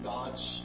God's